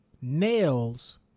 Nails